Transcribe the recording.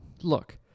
look